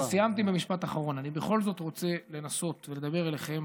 סיימתי במשפט אחרון: אני בכל זאת רוצה לנסות לדבר אליכם